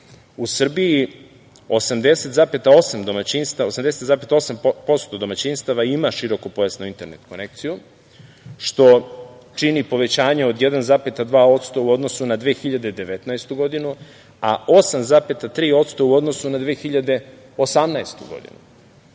u Srbiji 80,8% domaćinstava ima širokopojasnu internet konekciju, što čini povećanje od 1,2% u odnosu na 2019. godinu, a 8,3% u odnosu na 2018.